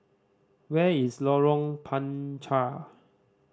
where is Lorong Panchar